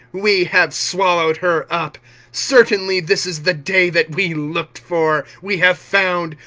we have swallowed her up certainly this is the day that we looked for we have found,